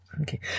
Okay